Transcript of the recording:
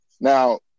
Now